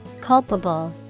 Culpable